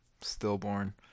Stillborn